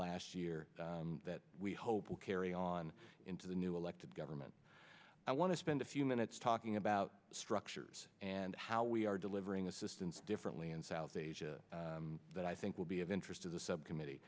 last year that we hope will carry on into the new elected government i want to spend a few minutes talking about structures and how we are delivering assistance differently in south asia that i think will be of interest of the subcommittee